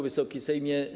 Wysoki Sejmie!